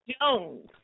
Jones